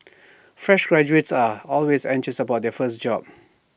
fresh graduates are always anxious about their first job